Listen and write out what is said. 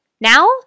Now